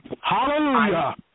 Hallelujah